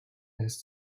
has